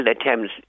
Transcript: attempts